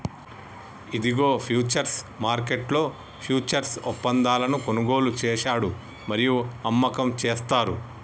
ఇదిగో ఫ్యూచర్స్ మార్కెట్లో ఫ్యూచర్స్ ఒప్పందాలను కొనుగోలు చేశాడు మరియు అమ్మకం చేస్తారు